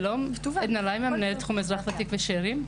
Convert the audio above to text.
שלום, עדנה ליימן, מנהלת תחום אזרח וותיק ושארים.